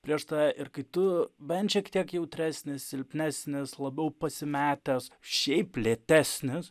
prieš tave ir kai tu bent šiek tiek jautresnis silpnesnis labiau pasimetęs šiaip lėtesnis